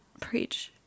Preach